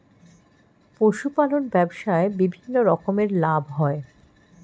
পশুপালন ব্যবসায় বিভিন্ন রকমের লাভ হয়